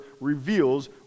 reveals